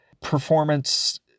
performance